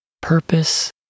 purpose